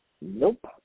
Nope